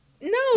No